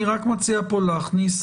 אני מציע להכניס